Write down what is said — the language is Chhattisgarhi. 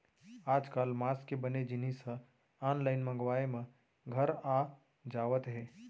आजकाल मांस के बने जिनिस ह आनलाइन मंगवाए म घर आ जावत हे